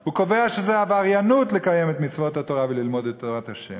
הוא קובע שזה עבריינות לקיים את מצוות התורה וללמוד את תורת ה'.